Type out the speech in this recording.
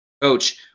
coach